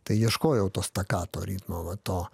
tai ieškojau to stakato ritmo va to